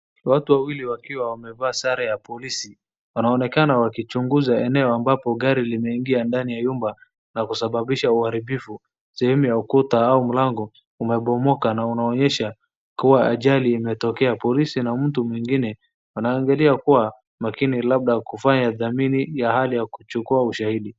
Watu wawili wakiwa wamevaa sare ya polisi wanaonekana wakichunguza eneo ambapo gari limeingia ndani ya nyumba na kusababisha uharibifu. Sehemu ya ukuta au mlango umebomoka na unaonyesha kuwa ajali imetokea. Polisi na mtu mwingine wanaangalia kuwa makini labda kufanya dhamini ya hali ya kuchukua ushaidi.